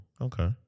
okay